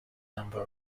number